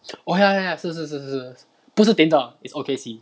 oh ya ya 是是是是不是 tinder is O_K_C